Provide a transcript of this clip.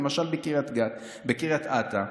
למשל בקריית אתא,